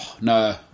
no